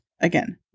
Again